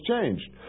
changed